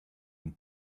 and